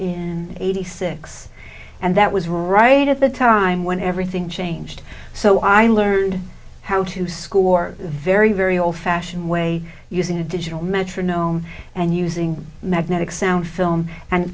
in eighty six and that was right at the time when everything changed so i learned how to score very very old fashioned way using a digital metronome and using magnetic sound film and